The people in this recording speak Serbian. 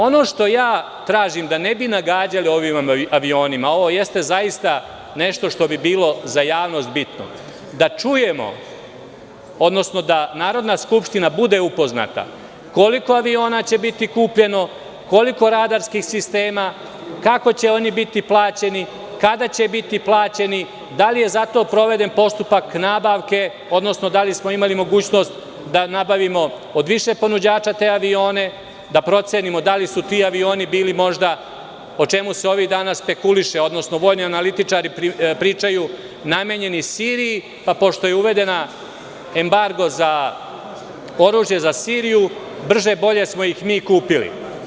Ono što ja tražim, da ne bi nagađali o ovim avionima, ovo jeste zaista nešto što bi bilo za javnost bitno, da čujemo, odnosno da Narodna skupština bude upoznata koliko aviona će biti kupljeno, koliko radarskih sistema, kako će oni biti plaćeni, kada će biti plaćeni, da li je zato proveden postupak nabavke, odnosno da li smo imali mogućnost da nabavimo od više ponuđača te avione, da procenimo da li su ti avioni bili možda, o čemu se ovih dana spekuliše, odnosno vojni analitičari pričaju, namenjeni Siriji, pa pošto je uveden embargo za oružje za Siriju brže bolje smo ih mi kupili.